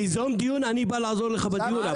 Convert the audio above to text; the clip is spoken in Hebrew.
תיזום דיון אני בא לעזור לך בדיון,